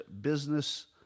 business